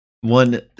one